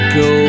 go